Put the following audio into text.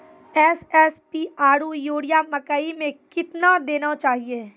SSP आरु urea मकई मे कितना देना चाहिए?